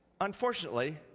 unfortunately